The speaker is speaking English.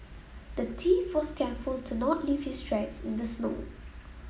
the thief was careful to not leave his tracks in the snow